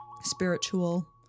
spiritual